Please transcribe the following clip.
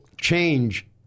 change